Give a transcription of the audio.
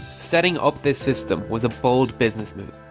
setting up this system was a bold business move.